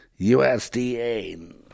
USDA